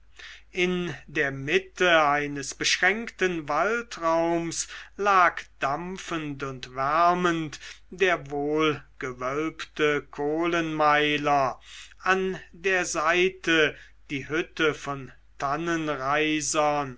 in der mitte eines beschränkten waldraums lag dampfend und wärmend der wohlgewölbte kohlenmeiler an der seite die hütte von